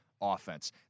offense